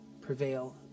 prevail